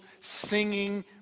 singing